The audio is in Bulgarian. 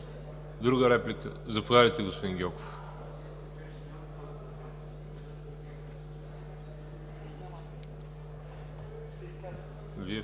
Друга реплика? Заповядайте, господин Гьоков. Вие,